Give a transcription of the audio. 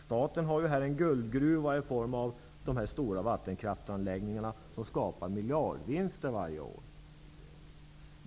Staten har här en guldgruva i form av de stora vattenkraftanläggningarna som skapar miljardvinster varje år.